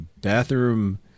bathroom